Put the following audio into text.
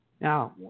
Now